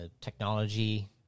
technology